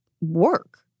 work